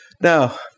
Now